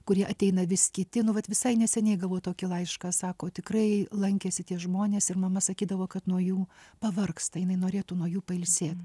kurie ateina vis kiti nu vat visai neseniai gavau tokį laišką sako tikrai lankėsi tie žmonės ir mama sakydavo kad nuo jų pavargsta jinai norėtų nuo jų pailsėt